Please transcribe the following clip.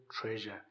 treasure